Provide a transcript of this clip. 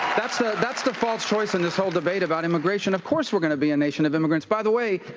that's the that's the false choice in this whole debate about immigration. of course, we're going to be a nation of immigrants. by the way,